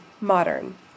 modern